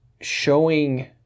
showing